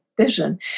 vision